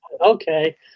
Okay